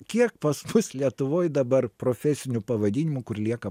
kiek pas mus lietuvoj dabar profesinių pavadinimų kur lieka